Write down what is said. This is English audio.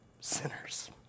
sinners